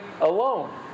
alone